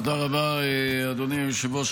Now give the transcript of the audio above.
תודה רבה, אדוני היושב-ראש.